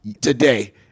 today